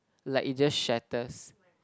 like it just shatters